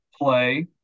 play